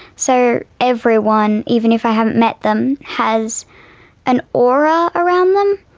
so everyone, even if i haven't met them, has an aura around them,